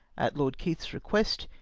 at lord keith's request,